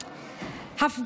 במדינה